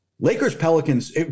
Lakers-Pelicans